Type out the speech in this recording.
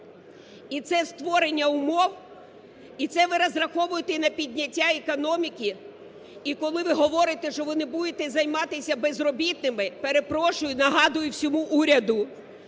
І це створення умов? І це ви розраховує на підняття економіки? І коли ви говорите, що ви не будете займатися безробітними, перепрошую і нагадую всьому уряду,